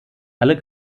alle